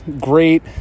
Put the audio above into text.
Great